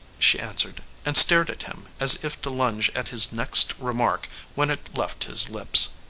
she answered, and stared at him as if to lunge at his next remark when it left his lips.